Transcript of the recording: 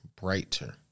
brighter